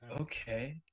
Okay